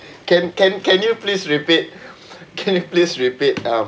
can can can you please repeat can you please repeat um